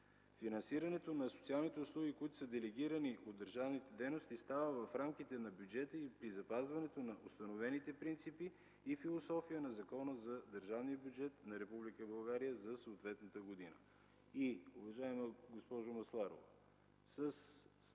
Финансирането на социалните услуги, които са делегирани от държавните дейности, става в рамките на бюджета и при запазването на установените принципи и философия на Закона за държавния бюджет на Република България за съответната година. Уважаема госпожо Масларова,